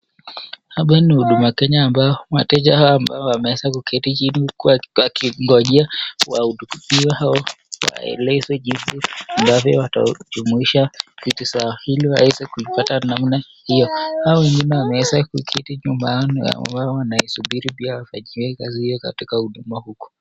Hapa ni huduma Kenya ambapo wateja hawa wameweza kuketi chini wakingojea wahudumiwe au waelezwe jinsi ambavyo watajumuishwa vitu zao ili waweze kuzipata namna hiyo. Hao wengine wameweza kuketi nyuma ya hao ambao wanaisubiri pia ifanyike iwe katika huduma huko.